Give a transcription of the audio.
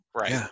Right